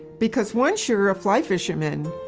because once you're a fly-fisherman,